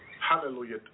hallelujah